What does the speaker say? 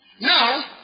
Now